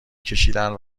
کشیدند